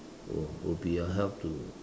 will will be a help to